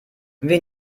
wir